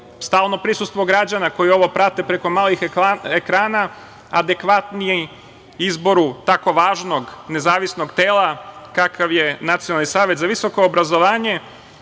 stalno prisustvo građana koji ovo prate preko malih ekrana, adekvatniji izboru tako važnog nezavisnog tela kakav je Nacionalni savet za visoko obrazovanje. Jedan